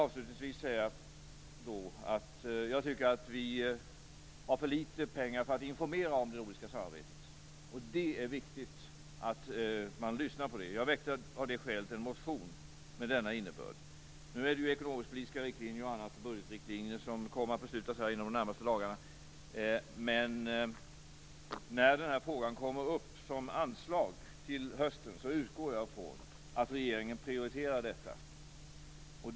Avslutningsvis vill jag säga att jag tycker att vi har för litet pengar för att informera om det nordiska samarbetet. Det är viktigt att man lyssnar på det. Jag väckte av det skälet en motion med denna innebörd. Nu kommer man att besluta om ekonomisk-politiska riktlinjer och budgetriktlinjer inom de närmaste dagarna, men när den här frågan kommer upp som anslag till hösten utgår jag från att regeringen prioriterar detta.